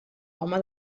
home